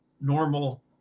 normal